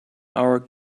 our